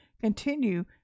continue